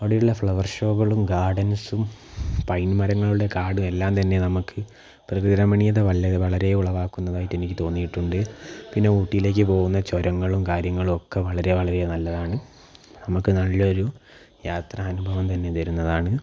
അവിടെയുള്ള ഫ്ലവർ ഷോകളും ഗാർഡൻസും പൈൻ മരങ്ങളുടെ കാടും എല്ലാം തന്നെ നമുക്ക് പ്രകൃതി രമണീയത വളരേ ഉളവാക്കുന്നതായിട്ട് എനിക്ക് തോന്നിട്ടുണ്ട് പിന്നെ ഊട്ടിയിലേക്ക് പോകുന്ന ചുരങ്ങളും കാര്യങ്ങളും ഒക്കെ വളരെ വളരെ നല്ലതാണ് നമുക്ക് നല്ലൊരു യാത്രാ അനുഭവം തന്നെ തരുന്നതാണ്